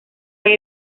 hay